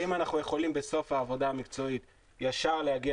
האם אנחנו יכולים בסוף העבודה המקצועית ישר להגיע